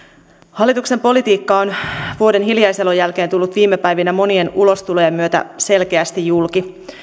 hallituksen politiikka on vuoden hiljaiselon jälkeen tullut viime päivinä monien ulostulojen myötä selkeästi julki